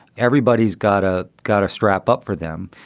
everybody's gotta gotta strap up for them.